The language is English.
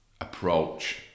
approach